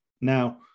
Now